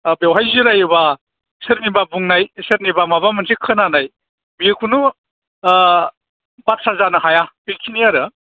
बेवहाय जिरायोबा सोरनिबा बुंनाय सोरनिबा माबा मोनसे खोनानाय बेयो कुनु भाषा जानो हाया बेखिनि आरो